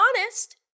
honest